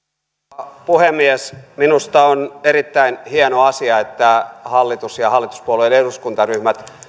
arvoisa rouva puhemies minusta on erittäin hieno asia että hallitus ja hallituspuolueiden eduskuntaryhmät